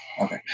Okay